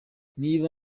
niba